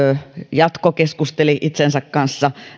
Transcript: jatkokeskusteli itsensä kanssa